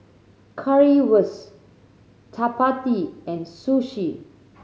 Currywurst Chapati and Sushi